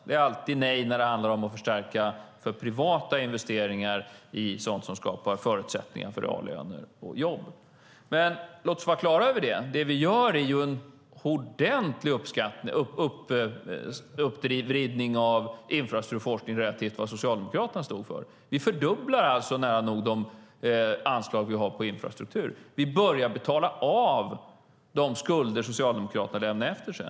Det är alltid nej när det handlar om att förstärka privata investeringar i sådant som skapar förutsättningar för reallöner och jobb. Låt oss vara klara över att det vi gör är en ordentlig uppvridning av infrastrukturforskningen relativt det som Socialdemokraterna stod för. Vi nära nog fördubblar anslagen till infrastruktur. Vi börjar betala av de skulder Socialdemokraterna lämnade efter sig.